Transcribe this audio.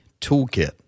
Toolkit